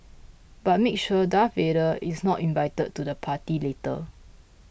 but make sure Darth Vader is not invited to the party later